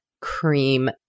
cream